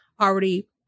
already